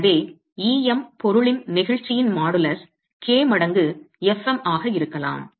எனவே Em பொருளின் நெகிழ்ச்சியின் மாடுலஸ் k மடங்கு fm ஆக இருக்கலாம்